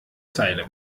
zeile